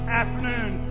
afternoon